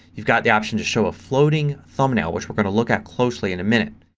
you've got the option to show ah floating thumbnail which we're going to look at closely in a minute.